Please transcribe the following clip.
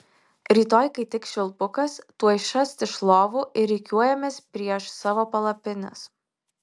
rytoj kai tik švilpukas tuoj šast iš lovų ir rikiuojamės prieš savo palapines